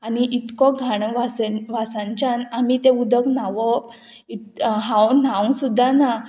आनी इतको घाण वास वासांच्यान आमी तें उदक न्हांवप हांव न्हावंक सुद्दां ना